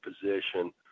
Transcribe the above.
position